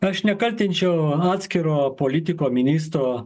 aš nekaltinčiau atskiro politiko ministro